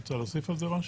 את רוצה להוסיף על זה משהו?